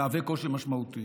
מהוות קושי משמעותי